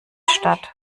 statt